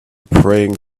praying